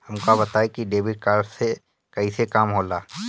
हमका बताई कि डेबिट कार्ड से कईसे काम होला?